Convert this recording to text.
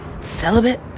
Celibate